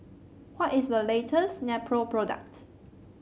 what is the latest Nepro product